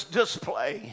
display